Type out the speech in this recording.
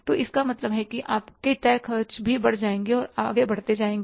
तो इसका मतलब है कि आपके तय खर्च भी बढ़ जाएंगे और आगे बढ़ते जाएंगे